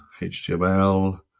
HTML